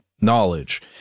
knowledge